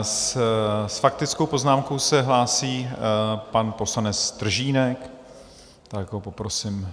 S faktickou poznámkou se hlásí pan poslanec Stržínek, tak ho poprosím.